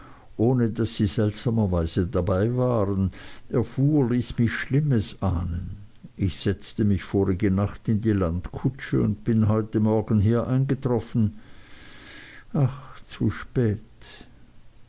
ohne daß sie seltsamerweise dabei waren erfuhr ließ mich schlimmes ahnen ich setzte mich vorige nacht in die landkutsche und bin heute morgens hier eingetroffen ach zu spät